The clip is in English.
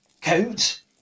codes